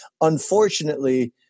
Unfortunately